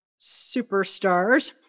superstars